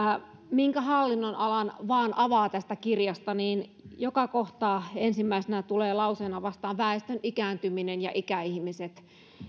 minkä hallinnonalan vain avaa tästä kirjasta niin joka kohtaa ensimmäisenä lauseena tulee vastaan väestön ikääntyminen ja ikäihmiset